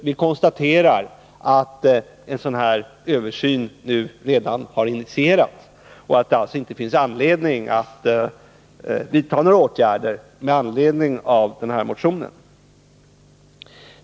Vi konstaterar att en sådan översyn redan har initierats och att det alltså inte finns anledning att vidta några åtgärder med anledning av motionen.